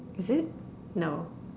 is it no